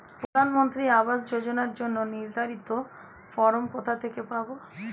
প্রধানমন্ত্রী আবাস যোজনার জন্য নির্ধারিত ফরম কোথা থেকে পাব?